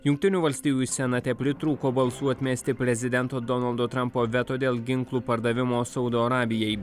jungtinių valstijų senate pritrūko balsų atmesti prezidento donaldo trampo veto dėl ginklų pardavimo saudo arabijai